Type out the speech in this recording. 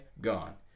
gone